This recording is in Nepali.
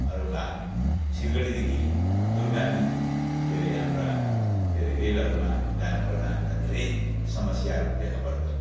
अरू भए सिलगढीदेखि दुर्गामी के अरे हाम्रा के अरे रेलहरूमा जानपर्दा हामीलाई धेरै समस्याहरू देखापर्छ